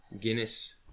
Guinness